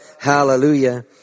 Hallelujah